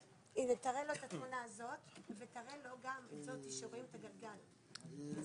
תראה לו את התמונה הזאת ותראה לו גם את זאת שרואים את הגלגל זרוק.